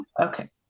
Okay